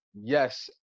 Yes